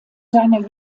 seiner